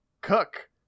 Cook